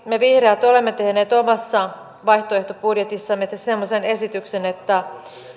me vihreät olemme tehneet omassa vaihtoehtobudjetissamme semmoisen esityksen